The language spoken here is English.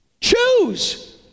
Choose